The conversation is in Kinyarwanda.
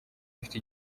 mfite